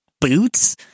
boots